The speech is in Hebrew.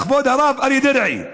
כבוד הרב אריה דרעי,